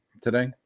today